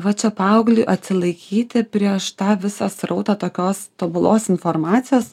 va čia paaugliui atsilaikyti prieš tą visą srautą tokios tobulos informacijos